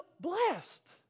blessed